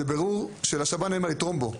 זה בירור שלשב"ן אין מה לתרום בו.